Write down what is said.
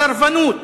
הסרבנות